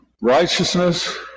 righteousness